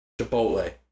Chipotle